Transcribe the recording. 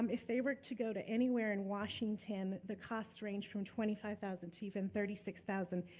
um if they were to go to anywhere in washington, the cost range from twenty five thousand, even thirty six thousand.